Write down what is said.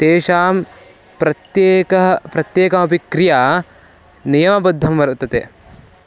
तेषां प्रत्येकं प्रत्येकमपि क्रिया नियमबद्धा वर्तते